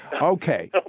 Okay